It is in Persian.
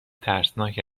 ترسناک